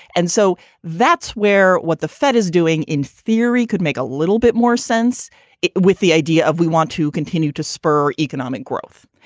and so that's where what the fed is doing in theory could make a little bit more sense with the idea of we want to continue to spur economic growth.